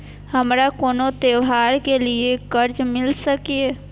हमारा कोनो त्योहार के लिए कर्जा मिल सकीये?